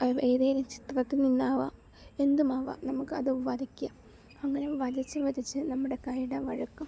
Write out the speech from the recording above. അവ ഏതെങ്കിലും ചിത്രത്തിൽ നിന്നാവാം എന്തുമാവാം നമുക്ക് അത് വരയ്ക്കുക അങ്ങനെ വരച്ചു വരച്ചു നമ്മുടെ കൈയുടെ വഴക്ക്